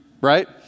Right